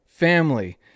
Family